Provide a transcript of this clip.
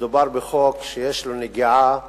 מדובר בחוק שיש לו נגיעה ישירה,